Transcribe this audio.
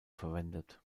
verwendet